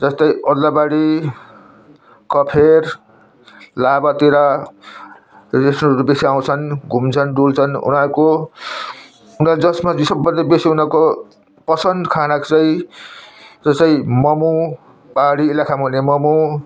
जस्तै ओद्लाबाडी कफेर लाभातिर हरू बेसी आउँछन् घुम्छन् डुल्छन् उनीहरूको उनीहरू जसमा चाहिँ सबभन्दा बेसी उनीहरूको पसन्द खाना चाहिँ जसै मोमो पाहाडी इलाका हो भने मोमो